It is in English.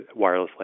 wirelessly